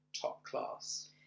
top-class